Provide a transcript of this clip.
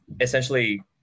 essentially